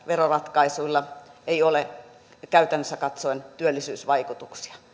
veroratkaisuilla ei ole käytännössä katsoen työllisyysvaikutuksia